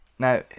Now